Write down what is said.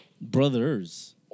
Brothers